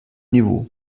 niveau